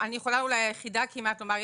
אני אולי היחידה כמעט שיכולה לומר,